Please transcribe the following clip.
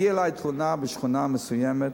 הגיעה אלי תלונה משכונה מסוימת,